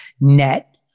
net